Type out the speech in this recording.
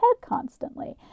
constantly